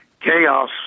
Chaos